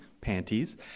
panties